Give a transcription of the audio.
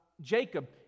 Jacob